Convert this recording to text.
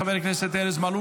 של חברי הכנסת ארז מלול